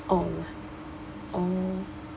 oh oh